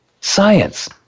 science